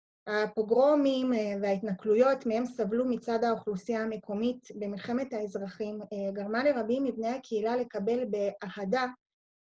הפוגרומים וההתנכלויות מהם סבלו מצד האוכלוסייה המקומית במלחמת האזרחים גרמה לרבים מבני הקהילה לקבל באהדה